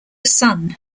son